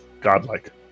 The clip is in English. Godlike